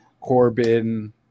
Corbin –